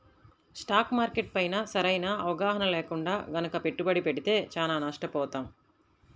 stock market పైన సరైన అవగాహన లేకుండా గనక పెట్టుబడి పెడితే చానా నష్టపోతాం